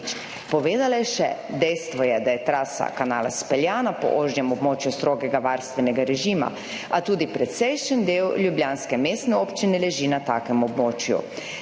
Povedala je še: »Dejstvo je, da je trasa kanala speljana po ožjem območju strogega varstvenega režima, a tudi precejšen del ljubljanske mestne občine leži na takem območju.